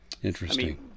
Interesting